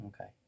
Okay